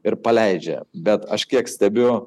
ir paleidžia bet aš kiek stebiu